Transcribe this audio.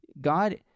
god